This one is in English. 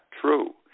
true